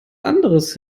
anderes